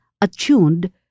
attuned